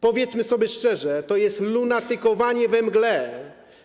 Powiedzmy sobie szczerze, to jest lunatykowanie we mgle.